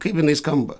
kaip jinai skamba